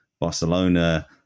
Barcelona